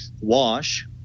wash